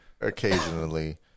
occasionally